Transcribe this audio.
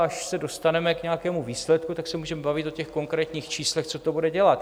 Až se dostaneme k nějakému výsledku, tak se můžeme bavit o těch konkrétních číslech, co to bude dělat.